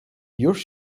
już